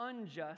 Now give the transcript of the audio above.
unjust